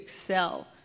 excel